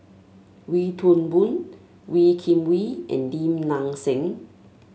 Wee Toon Boon Wee Kim Wee and Lim Nang Seng